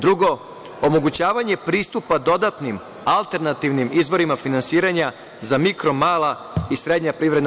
Drugo, omogućavanje pristupa dodatnim alternativnim izvorima finansiranja za mikro, mala i srednja privredna